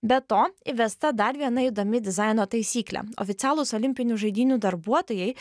be to įvesta dar viena įdomi dizaino taisyklė oficialus olimpinių žaidynių darbuotojai